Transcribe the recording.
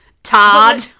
Todd